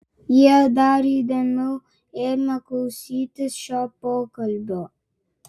jie dar įdėmiau ėmė klausytis šio pokalbio